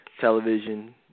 television